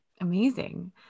Amazing